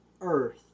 earth